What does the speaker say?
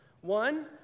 One